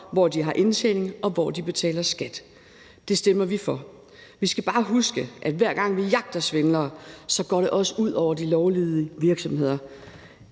hvor de har indtjening, og hvor de betaler skat. Det stemmer vi for. Vi skal bare huske, at hver gang vi jagter svindlere, går det også ud over de lovlydige virksomheder.